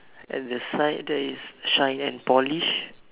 at the side there is shine and polish